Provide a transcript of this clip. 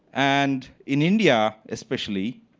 and in india especially,